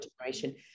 generation